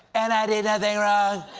and i did nothing wrong!